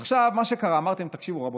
עכשיו, מה שקרה, אמרתי להם: תקשיבו, רבותיי,